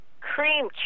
cream